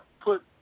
put